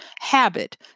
habit